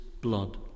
blood